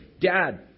Dad